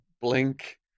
Blink